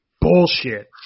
bullshit